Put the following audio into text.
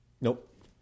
Nope